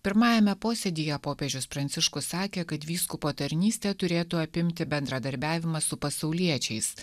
pirmajame posėdyje popiežius pranciškus sakė kad vyskupo tarnystė turėtų apimti bendradarbiavimą su pasauliečiais